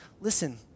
Listen